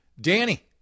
Danny